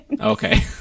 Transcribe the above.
Okay